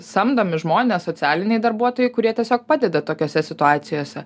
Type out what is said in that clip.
samdomi žmonės socialiniai darbuotojai kurie tiesiog padeda tokiose situacijose